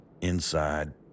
inside